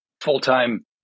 full-time